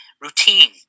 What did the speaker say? routine